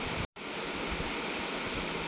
వీటికి రోజుకు ఎన్ని సార్లు దాణా వెయ్యాల్సి ఉంటది?